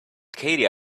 katie